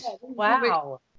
Wow